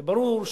וברור,